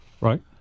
right